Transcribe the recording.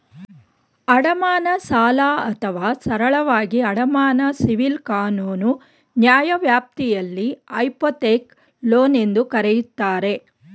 ಅಡಮಾನ ಸಾಲ ಅಥವಾ ಸರಳವಾಗಿ ಅಡಮಾನ ಸಿವಿಲ್ ಕಾನೂನು ನ್ಯಾಯವ್ಯಾಪ್ತಿಯಲ್ಲಿ ಹೈಪೋಥೆಕ್ ಲೋನ್ ಎಂದೂ ಕರೆಯುತ್ತಾರೆ